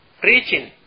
preaching